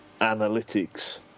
analytics